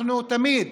אנחנו תמיד